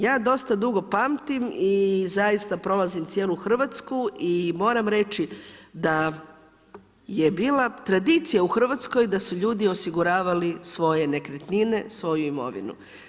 Ja dosta dugo pamtim i zaista prolazim cijelu Hrvatsku i moram reći da je bila tradicija u Hrvatskoj da su ljudi osiguravali svoje nekretnine, svoju imovinu.